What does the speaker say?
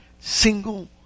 single